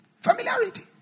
Familiarity